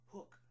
Hook